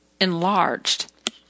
enlarged